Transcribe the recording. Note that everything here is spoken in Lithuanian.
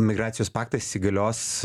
migracijos paktas įsigalios